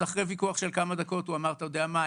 אז אחרי ויכוח של כמה דקות הוא אמר: אתה יודע מה?